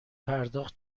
پرداخت